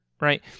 right